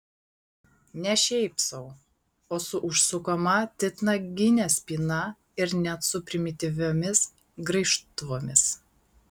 ne šiaip sau o su užsukama titnagine spyna ir net su primityviomis graižtvomis